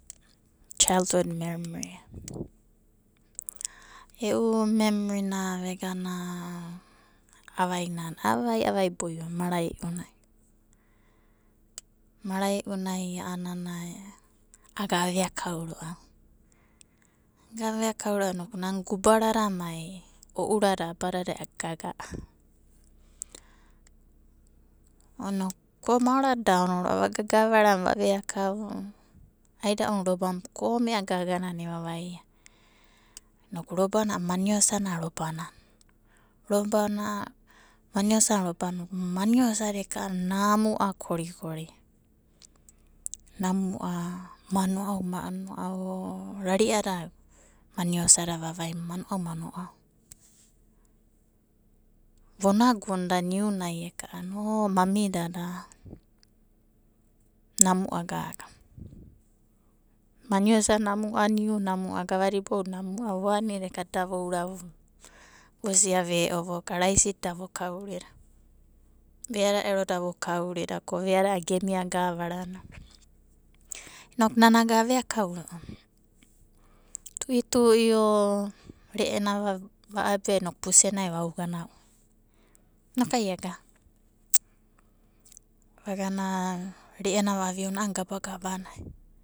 E'u memerina vegana avainanai, avai avai boionai mara'i'unai. Mara'i'unai a'anana aga aveakau ro'ava, aga avea kau ro'ava gubarada mai ourada abadadai gaga'a. Ko maorada da aono ro'ava vaga gavaranai vaveakau, aida'una robana kome'a gagana evavaia inoku robana a'ana maniosa na robanana. Robana maniosana robanana inoku maniosada eka namu'a korikori. Namu'a, mano'a mano'a o, rari'ada maniosadada vavaina mano'a mano'a. Vonagunda niunai eka'ana mamidada namu'a gaga. Maniosa namu'a, niu namu'a, gavada iboudadai namu'a. Voanida eka da voura vosia ve'o voka, raisida da vokau ero. Veada ero da vokaurida veada gemia gavaranai. Inoku nana aga aveakau ro'ava, tu'iti'i o re'ena va'abia inoku pusenai vaugana ui inokuai agana. Vagana re'ena vaviuna a'ana gabagabanai.